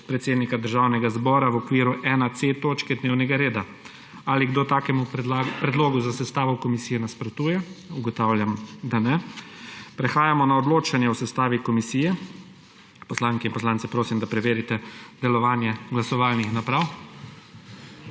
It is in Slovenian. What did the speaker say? predsednika Državnega zbora v okviru 1.c točke dnevnega reda. Ali kdo takemu predlogu za sestavo komisije nasprotuje? Ugotavljam, da ne. Prehajamo na odločanje o sestavi komisije. Poslanke in poslance prosim, da preverite delovanje glasovalnih naprav.